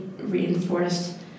reinforced